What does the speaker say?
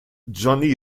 johnny